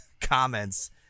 comments